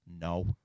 no